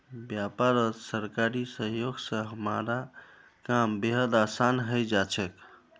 व्यापारत सरकारी सहयोग स हमारा काम बेहद आसान हइ जा छेक